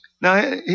Now